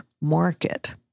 market